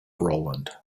roland